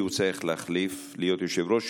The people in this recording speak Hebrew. כי הוא צריך להיות יושב-ראש,